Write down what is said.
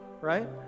right